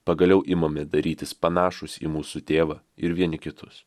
pagaliau imame darytis panašūs į mūsų tėvą ir vieni kitus